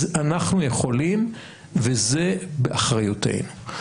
אנחנו יכולים וזה באחריותנו.